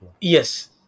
Yes